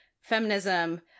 feminism